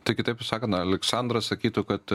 tai kitaip sakant aleksandras sakytų kad